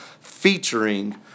featuring